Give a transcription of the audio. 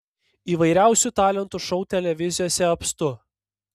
įvairiausių talentų šou televizijose apstu